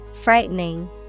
Frightening